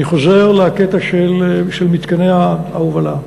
אני חוזר לקטע של מתקני ההובלה.